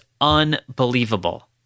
unbelievable